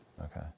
Okay